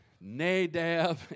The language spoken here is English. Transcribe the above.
Nadab